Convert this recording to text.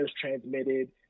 transmitted